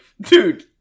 dude